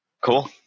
Cool